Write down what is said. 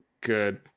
good